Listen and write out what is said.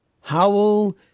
howl